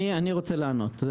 אני רוצה לענות.